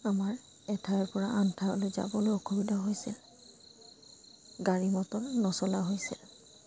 আমাৰ এঠাইৰ পৰা আন ঠাইলৈ যাবলৈ অসুবিধা হৈছিল গাড়ী মটৰ নচলা হৈছিল